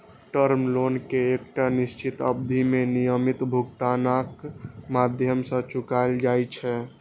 term loan कें एकटा निश्चित अवधि मे नियमित भुगतानक माध्यम सं चुकाएल जाइ छै